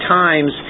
times